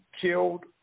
killed